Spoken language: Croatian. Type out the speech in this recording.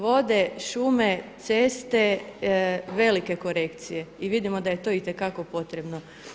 Vode, šume, ceste, velike korekcije i vidimo da je to itekako potrebno.